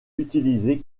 utilisé